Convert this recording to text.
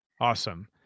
Awesome